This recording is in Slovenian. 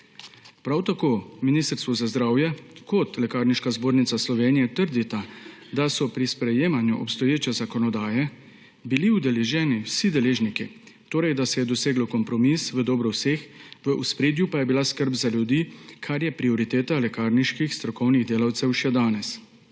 Prav tako Ministrstvo za zdravje in Lekarniška zbornica Slovenije trdita, da so bili pri sprejemanju obstoječe zakonodaje udeleženi vsi deležniki, da se je torej dosegel kompromis v dobro vseh, v ospredju pa je bila skrb za ljudi, kar je prioriteta lekarniških strokovnih delavcev še danes.